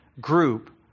group